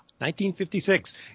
1956